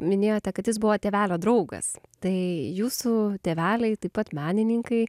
minėjote kad jis buvo tėvelio draugas tai jūsų tėveliai taip pat menininkai